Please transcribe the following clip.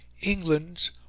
England's